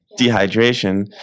dehydration